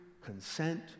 consent